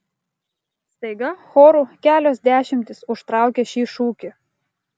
staiga choru kelios dešimtys užtraukia šį šūkį